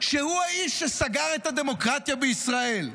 שהוא האיש שסגר את הדמוקרטיה בישראל.